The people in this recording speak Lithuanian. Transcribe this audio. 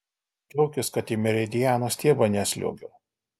džiaukis kad į meridiano stiebą nesliuogiu